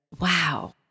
wow